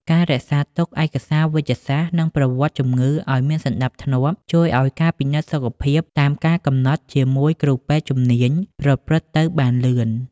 ការរក្សាទុកឯកសារវេជ្ជសាស្ត្រ និងប្រវត្តិជំងឺឱ្យមានសណ្តាប់ធ្នាប់ ជួយឱ្យការពិនិត្យសុខភាពតាមកាលកំណត់ជាមួយគ្រូពេទ្យជំនាញប្រព្រឹត្តទៅបានលឿន។